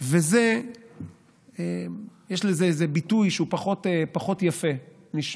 יש לזה איזה ביטוי שהוא פחות יפה, אני,